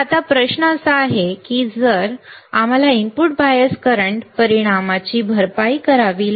तर आता प्रश्न असा आहे की जर असे असेल तर आम्हाला इनपुट बायस करंट परिणामाची भरपाई करावी लागेल